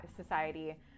society